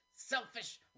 Selfish